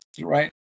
right